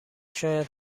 شاید